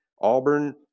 Auburn